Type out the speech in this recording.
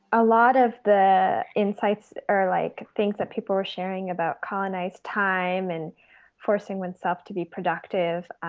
a lot of the insights or like things that people were sharing about colonized time and forcing oneself to be productive,